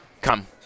Come